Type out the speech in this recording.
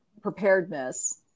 preparedness